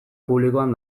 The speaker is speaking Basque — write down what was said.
publikoan